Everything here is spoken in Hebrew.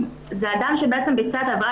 זה אדם שבעצם ביצע את העבירה,